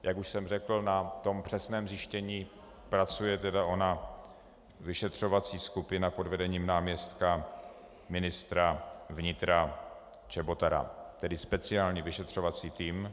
Jak už jsem řekl, na přesném zjištění pracuje ona vyšetřovací skupina pod vedením náměstka ministra vnitra Čebotara, tedy speciální vyšetřovací tým.